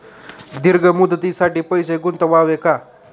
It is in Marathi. दीर्घ मुदतीसाठी पैसे गुंतवावे का?